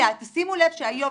תשימו לב שהיום,